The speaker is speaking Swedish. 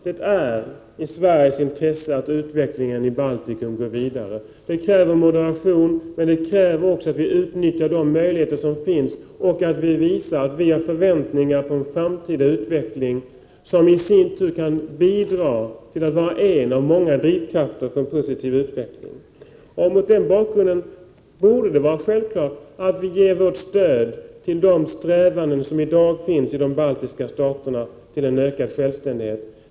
Det är i Sveriges intresse att utvecklingen i Baltikum går vidare. Det kräver moderation från vår sida, men det kräver också att vi utnyttjar de möjligheter som finns och att vi visar att vi har förväntningar på en framtida utveckling. Detta kan i sin tur bidra till att vara en av många drivkrafter när det gäller den positiva utvecklingen. Mot denna bakgrund borde det vara självklart för oss att ge vårt stöd till de strävanden till en ökad självständighet som i dag finns i de baltiska staterna.